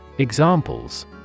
Examples